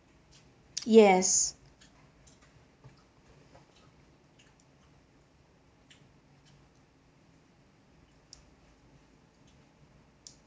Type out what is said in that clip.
yes